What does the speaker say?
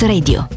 Radio